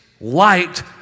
light